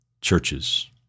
churches